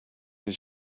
his